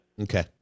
Okay